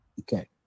Okay